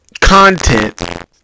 content